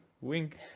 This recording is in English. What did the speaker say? Wink